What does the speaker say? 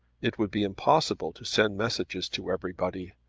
it would be impossible to send messages to everybody.